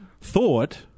thought